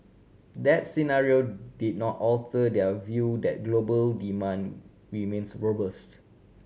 that scenario did not alter their view that global demand remains robust